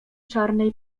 czarnej